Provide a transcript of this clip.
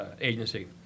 agency